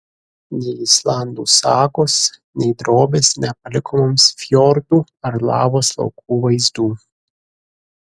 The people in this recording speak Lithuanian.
nei islandų sagos nei drobės nepaliko mums fjordų ar lavos laukų vaizdų